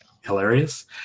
hilarious